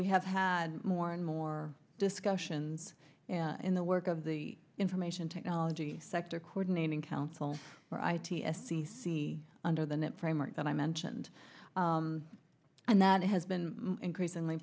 we have had more and more discussions in the work of the information technology sector coordinating council righty f c c under the net framework that i mentioned and that has been increasingly